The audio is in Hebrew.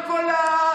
אולמרט?